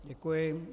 Děkuji.